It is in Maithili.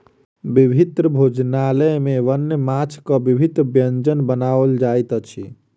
विभिन्न भोजनालय में वन्य माँछक विभिन्न व्यंजन बनाओल जाइत अछि